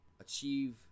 achieve